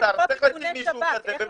עבירת מאסר, צריך לשים מישהו כזה במאסר.